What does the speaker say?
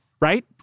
Right